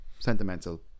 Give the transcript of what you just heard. Sentimental